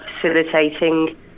facilitating